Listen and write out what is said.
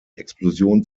explosion